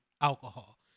alcohol